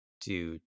dude